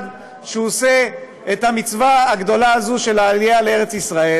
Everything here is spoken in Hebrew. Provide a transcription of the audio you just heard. שהוא עושה את המצווה הגדולה הזאת של העלייה לארץ ישראל,